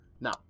Now